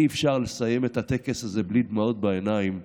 אי-אפשר לסיים את הטקס הזה בלי דמעות בעיניים.